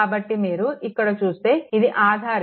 కాబట్టి మీరు ఇక్కడ చూస్తే ఇది ఆధారిత మూలం